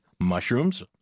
mushrooms